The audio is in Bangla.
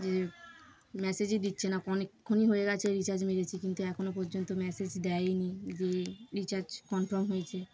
যে মেসেজই দিচ্ছে না অনেকক্ষণই হয়ে গেছে রিচার্জ মেরেছে কিন্তু এখনও পর্যন্ত মেসেজ দেয়নি যে রিচার্জ কনফার্ম হয়েছে